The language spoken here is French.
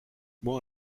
bon